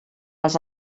les